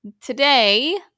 today